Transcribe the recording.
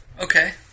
Okay